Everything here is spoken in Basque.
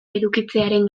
edukitzearen